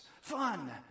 fun